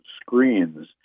screens